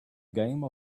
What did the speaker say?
game